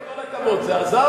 עם כל הכבוד, זה עזר?